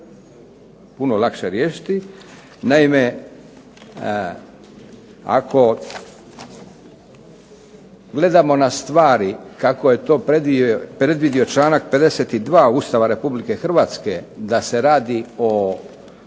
puno lakše riješiti. Naime, ako gledamo na stvari kako je to predvidio članak 52. Ustava Republike Hrvatske da se radi o